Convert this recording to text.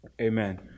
Amen